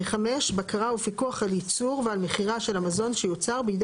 "(5) בקרה ופיקוח על ייצור ועל מכירה של המזון שיוצר בידי